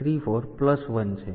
તેથી તે આ છે